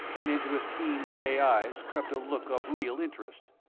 and into his keen grey eyes crept a look of real interest.